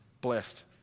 Blessed